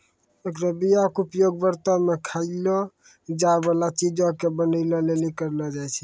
एकरो बीया के उपयोग व्रतो मे खयलो जाय बाला चीजो के बनाबै लेली करलो जाय छै